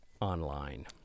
online